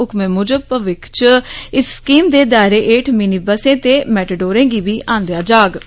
ह्क्मै मुजब भविक्ख च इस स्कीम दे दायरे हेठ मिनी बसें ते मैटाडोरें गी बी आंदा जाई सकदा ऐ